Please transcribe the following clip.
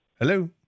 Hello